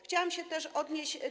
Chciałam się też odnieść do.